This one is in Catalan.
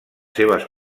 seves